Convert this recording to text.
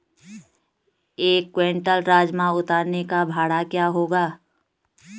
एक क्विंटल राजमा उतारने का भाड़ा क्या होगा?